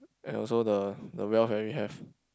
and also the the wealth that we have